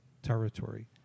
territory